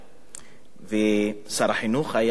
ושר החינוך היה, אבל הוא יצא,